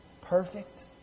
perfect